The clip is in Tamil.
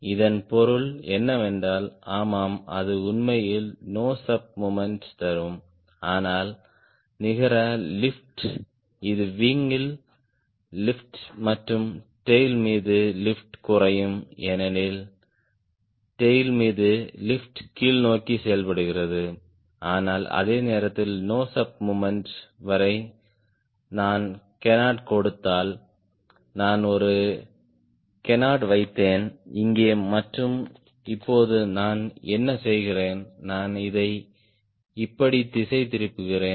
இதன் பொருள் என்னவென்றால் ஆமாம் அது உண்மையில் நோஸ் அப் மொமென்ட் தரும் ஆனால் நிகர லிப்ட் இது விங் யில் லிப்ட் மற்றும் டேய்ல் மீது லிப்ட் குறையும் ஏனெனில் டேய்ல் மீது லிப்ட் கீழ்நோக்கி செயல்படுகிறது ஆனால் அதே நேரத்தில் நோஸ் அப் மொமென்ட் வரை நான் கேனார்ட்க்கு கொடுத்தால் நான் ஒரு கேனார்ட் வைத்தேன் இங்கே மற்றும் இப்போது நான் என்ன செய்கிறேன் நான் இதை இப்படி திசை திருப்புகிறேன்